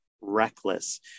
reckless